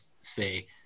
say